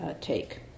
take